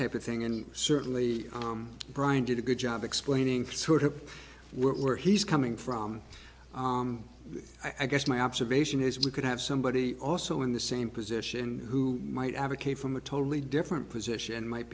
type of thing and certainly brian did a good job explaining sort of where he's coming from i guess my observation is we could have somebody also in the same position who might advocate from a totally different position might